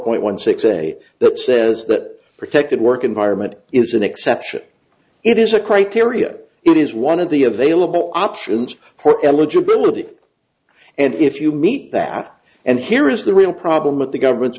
point one six say that says that protected work environment is an exception it is a criteria it is one of the available options for eligibility and if you meet that and here is the real problem with the government's